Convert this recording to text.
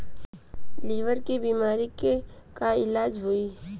Liver के बीमारी के का इलाज होई?